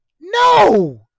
no